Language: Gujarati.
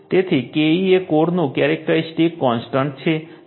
તેથી Ke એ કોરનું કેરેક્ટરીસ્ટીક કોન્સટન્ટ છે